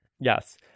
Yes